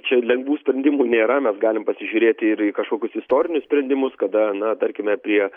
čia lengvų sprendimų nėra mes galim pasižiūrėti ir į kažkokius istorinius sprendimus kada na tarkime prie